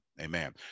amen